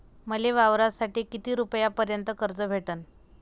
मले वावरासाठी किती रुपयापर्यंत कर्ज भेटन?